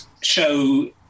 show